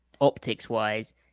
optics-wise